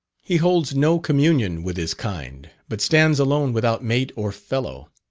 he holds no communion with his kind, but stands alone without mate or fellow.